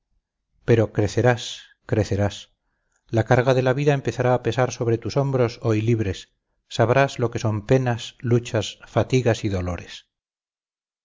pero crecerás crecerás la carga de la vida empezará a pesar sobre tus hombros hoy libres sabrás lo que son penas luchas fatigas y dolores